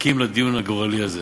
מחכים לדיון הגורלי הזה,